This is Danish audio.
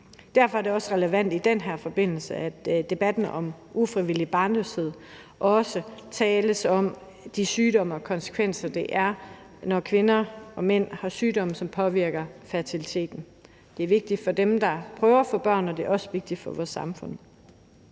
Derfor er det også relevant i den her forbindelse, at man i debatten om ufrivillig barnløshed også taler om de konsekvenser, det har, når kvinder og mænd har sygdomme, som påvirker fertiliteten. Det er vigtigt for dem, der prøver at få børn, og det er også vigtigt for vores samfund.